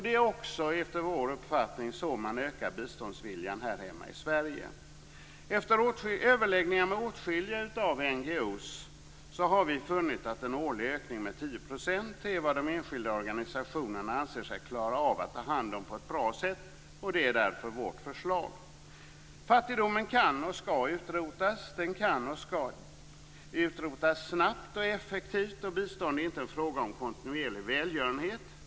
Det är också enligt vår uppfattning så man ökar biståndsviljan här hemma i Sverige. Efter överläggningar med åtskilliga NGO:er har vi funnit att en årlig ökning med 10 % är vad de enskilda organisationerna anser sig klara av att ta hand om på ett bra sätt. Detta är därför vårt förslag. Fattigdomen kan - och skall - utrotas. Det kan - och skall - göras snabbt och effektivt. Bistånd är inte en fråga om kontinuerlig välgörenhet.